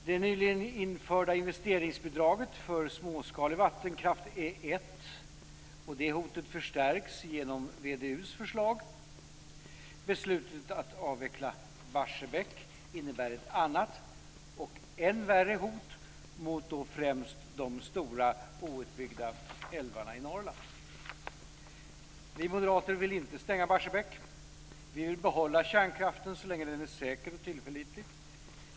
Det nyligen införda investeringsbidraget för småskalig vattenkraft är ett. Det hotet förstärks genom VDU:s förslag. Beslutet att avveckla Barsebäck innebär ett annat och än värre hot mot främst de stora outbyggda älvarna i Norrland. Vi moderater vill inte stänga Barsebäck. Vi vill behålla kärnkraften så länge den är säker och tillförlitlig.